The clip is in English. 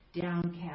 downcast